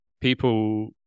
People